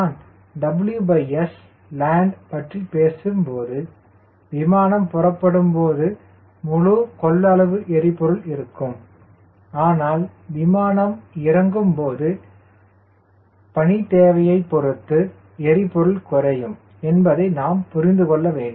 நான் WSLandபற்றி பேசும்போது விமானம் புறப்படும்போது முழு கொள்ளளவு எரிபொருள் இருக்கும் ஆனால் விமானம் இறங்கும்போது பணிதேவையைப் பொருத்து எரிபொருள் குறையும் என்பதை நாம் புரிந்துகொள்ள வேண்டும்